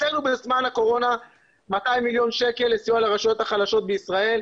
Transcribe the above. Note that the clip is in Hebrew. בזמן הקורונה הקצינו 200 מיליון שקלים לסיוע לרשויות החלשות בישראל.